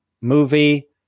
movie